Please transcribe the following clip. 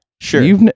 sure